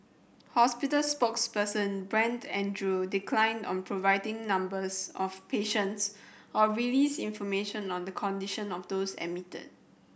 hospital spokesman Brent Andrew declined on providing numbers of patients or release information on the condition of those admitted